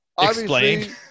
Explain